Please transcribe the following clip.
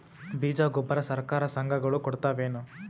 ಬೀಜ ಗೊಬ್ಬರ ಸರಕಾರ, ಸಂಘ ಗಳು ಕೊಡುತಾವೇನು?